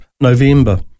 November